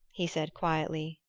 he said quietly.